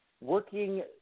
working